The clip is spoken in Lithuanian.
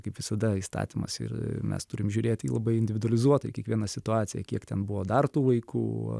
kaip visada įstatymas yra ir mes turim žiūrėti į labai individualizuotai kiekvieną situaciją kiek ten buvo dar tų vaikų